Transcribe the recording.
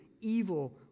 evil